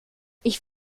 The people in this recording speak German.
ich